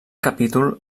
capítol